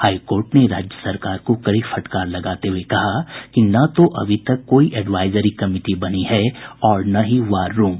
high court ने राज्य सरकार को कड़ी फटकार लगाते हुए कहा कि न तो अभी तक कोई एडवाईजरी कमिटी बनी है और न ही वार रूम